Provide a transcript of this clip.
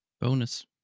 Bonus